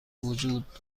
وجود